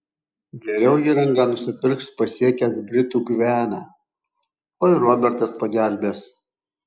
geriau įrangą nusipirks pasiekęs britų gvianą o ir robertas pagelbės